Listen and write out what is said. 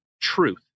truth